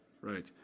Right